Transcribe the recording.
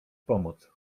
pomoc